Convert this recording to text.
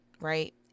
right